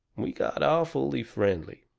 we got awfully friendly.